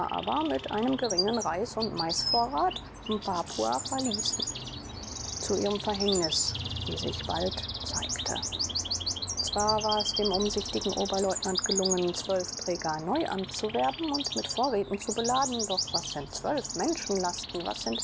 mit einem geringen reis und maisvorrat mpapua verließen zu ihrem verhängnis wie sich bald zeigte zwar war es dem umsichtigen oberleutnant gelungen zwölf träger neu anzuwerben und mit vorräten zu beladen doch was sind zwölf menschenlasten was